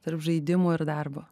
tarp žaidimo ir darbo